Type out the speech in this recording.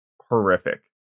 horrific